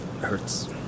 hurts